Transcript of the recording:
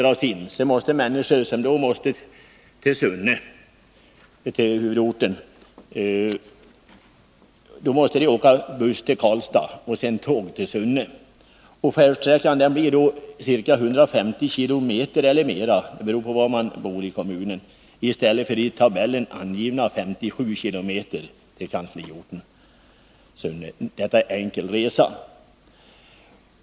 Råda dras in, blir de människor som då måste till huvudorten Sunne tvungna att åka buss till Karlstad och sedan tåg till Sunne. Färdsträckan blir då ca 150 km eller mer, beroende på var i kommunen man bor, i stället för i tabellen angivna 57 km till kansliorten Sunne — det gäller enkel resa.